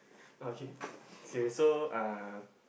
ah okay okay so uh